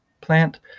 plant